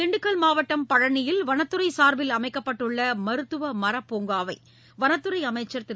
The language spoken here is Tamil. திண்டுக்கல் மாவட்டம் பழனியில் வனத்துறை சார்பில் அமைக்கப்பட்டுள்ள மருத்துவ மரப்பூங்காவை வனத்துறை அமைச்சர் திரு